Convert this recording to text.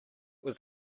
was